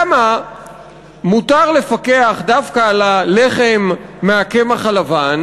למה מותר לפקח דווקא על הלחם מהקמח הלבן